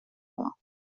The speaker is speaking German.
war